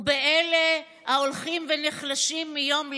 באלה ההולכים ונחלשים מיום ליום?